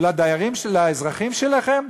לאזרחים שלכם?